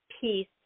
peace